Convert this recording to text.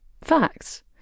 facts